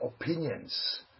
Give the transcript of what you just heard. opinions